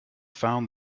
found